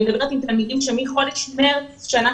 אני מדברת עם תלמידים שמחודש מרץ שנה